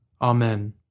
Amen